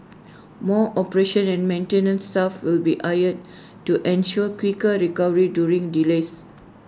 more operations and maintenance staff will be hired to ensure quicker recovery during delays